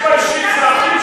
אתה מעז להגיד "גירשנו"?